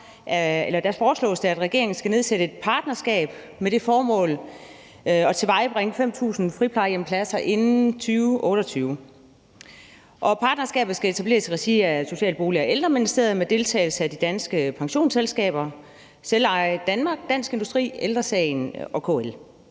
B 45 foreslås det, at regeringen skal nedsætte et partnerskab med det formål at tilvejebringe 5.000 friplejehjemspladser inden 2028. Partnerskabet skal etableres i regi af Social-, Bolig- og Ældreministeriet med deltagelse af de danske pensionsselskaber, Selveje Danmark, Dansk Industri, Ældre Sagen og KL.